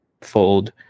Fold